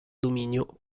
dominio